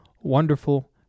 Wonderful